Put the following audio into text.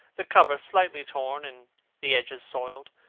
the cover slightly torn and the edges soiled.